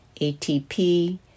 ATP